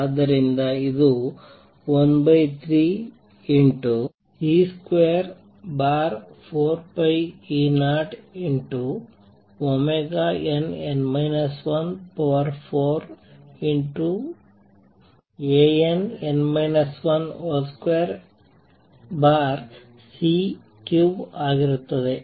ಆದ್ದರಿಂದ ಇದು 13e24π0nn 14Ann 12c3 ಆಗಿರುತ್ತದೆ